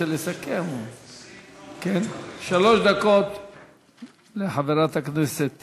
שלוש דקות לחברת הכנסת